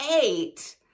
eight